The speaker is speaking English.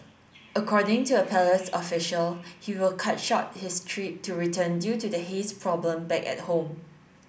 according to a palace official he will cut short his trip to return due to the haze problem back at home